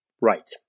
Right